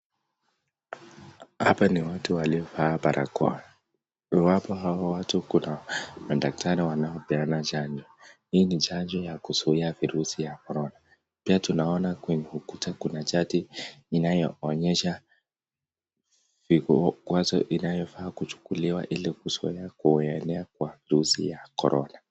Hapa ni watu waliovaa barakoa, iwapo hawa watu kuna madaktari wanaopeana chanjo. Hii ni chanjo ya kuzuia virusi Corona. Pia tunaona kwenye ukuta kuna chati inayoonyesha kwazo inayofaa kuchukuliwa ili kuzuia kuenea kwa virusi ya Corona.